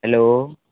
hello